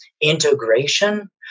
integration